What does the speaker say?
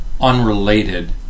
unrelated